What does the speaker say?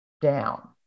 down